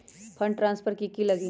Fund transfer कि की लगी?